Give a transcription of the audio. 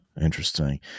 Interesting